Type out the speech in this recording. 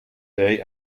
theory